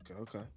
okay